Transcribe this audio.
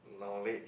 knowledge